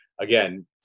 again